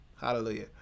Hallelujah